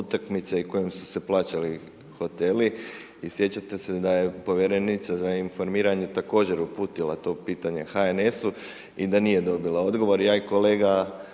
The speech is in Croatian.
i kojima su se plaćali hoteli i sjećate se da je Povjerenica za informiranje također uputila to pitanje HNS-u i da nije dobila odgovor.